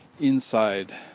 inside